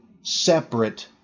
separate